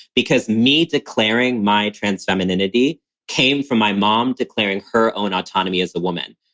because me declaring my trans femininity came from my mom declaring her own autonomy as a woman.